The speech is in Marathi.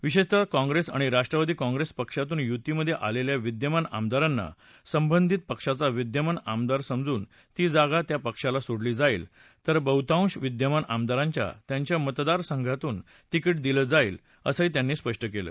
विशेषतः काँग्रेस आणि राष्ट्रवादी काँग्रेस पक्षातून यूतीमध्ये आलेल्या विद्यमान आमदारांना संबंधित पक्षाचा विद्यमान आमदार समजून ती जागा त्या पक्षाला सोडली जाईल तर बहुतांश विद्यमान आमदारांना त्यांच्या मतदार संघातून तिकि दिलं जाईल असंही त्यांनी स्पष्ट केलं